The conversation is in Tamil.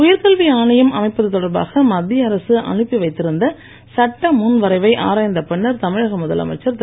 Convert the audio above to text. உயர்கல்வி ஆணையம் அமைப்பது தொடர்பாக மத்திய அரசு அனுப்பி வைத்திருந்த சட்ட முன் வரைவை ஆராய்ந்த பின்னர் தமிழக முதலமைச்சர் திரு